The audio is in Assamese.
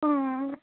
অঁ